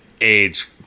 age